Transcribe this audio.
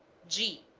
g.